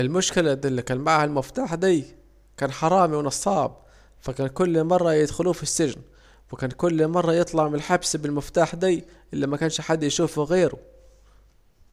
المشكلة ان الي كان المفتاح دي كان حرامي ونصاب، فكان كل مره يدخلوه في السجن، فكان كل مرة يطلع من الحبس بالمفتاح دي الي مكانش حد يشوفوا غيره